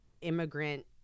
immigrant